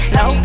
no